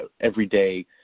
everyday